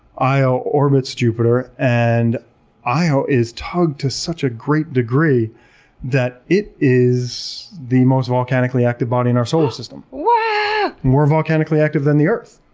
io orbits jupiter and io is tugged to such a great degree that it is the most volcanically active body in our solar system more volcanically active than the earth.